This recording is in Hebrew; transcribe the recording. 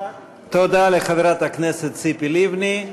תודה לחברת הכנסת ציפי לבני,